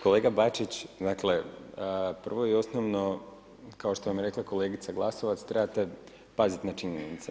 Kolega Bačić, prvo i osnovno, kao što vam je rekla kolegica Glasovac, trebate paziti na činjenice.